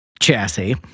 chassis